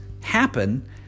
happen